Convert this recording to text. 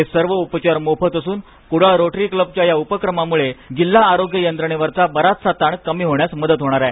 हे सर्व उपचार मोफत असून कुडाळ रोटरी क्लबच्या उपक्रमामुळे जिल्हा आरोग्य यंत्रणेवरचा बराचसा ताण कमी होण्यास मदत होणार आहे